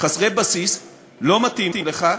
חסרי בסיס, לא מתאים לך,